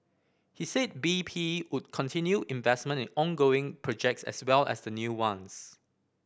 he said B P would continue investment in ongoing projects as well as the new ones